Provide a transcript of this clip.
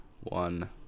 one